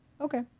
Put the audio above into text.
okay